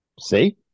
See